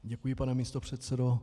Děkuji, pane místopředsedo.